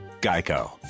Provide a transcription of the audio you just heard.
geico